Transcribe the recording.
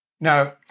Now